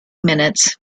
minutes